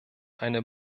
eine